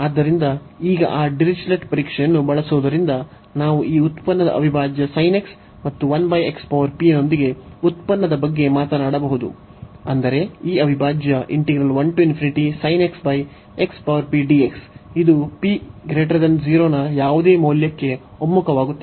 ಆದ್ದರಿಂದ ಈಗ ಆ ಡಿರಿಚ್ಲೆಟ್ ಪರೀಕ್ಷೆಯನ್ನು ಬಳಸುವುದರಿಂದ ನಾವು ಈ ಉತ್ಪನ್ನದ ಅವಿಭಾಜ್ಯ sin x ಮತ್ತು ನೊಂದಿಗೆ ಉತ್ಪನ್ನದ ಬಗ್ಗೆ ಮಾತನಾಡಬಹುದು ಅಂದರೆ ಈ ಅವಿಭಾಜ್ಯ ಇದು p 0 ನ ಯಾವುದೇ ಮೌಲ್ಯಕ್ಕೆ ಒಮ್ಮುಖವಾಗುತ್ತದೆ